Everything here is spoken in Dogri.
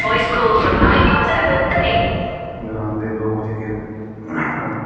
ग्रां दे लोक जहके ना ओह्